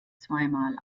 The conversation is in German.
zweimal